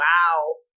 Wow